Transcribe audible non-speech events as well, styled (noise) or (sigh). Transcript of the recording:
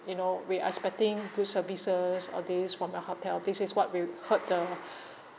you know we expecting good services all this from your hotel this is what we heard the (breath)